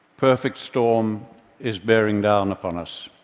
perfect storm is bearing down upon us.